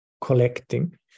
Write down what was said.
collecting